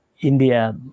India